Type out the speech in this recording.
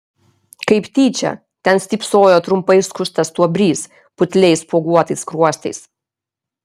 kaip tyčia ten stypsojo trumpai skustas stuobrys putliais spuoguotais skruostais